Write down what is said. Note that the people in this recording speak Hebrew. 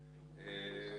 חלקם,